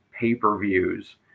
pay-per-views